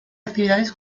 actividades